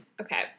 Okay